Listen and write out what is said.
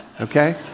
okay